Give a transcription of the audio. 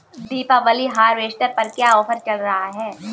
दीपावली पर हार्वेस्टर पर क्या ऑफर चल रहा है?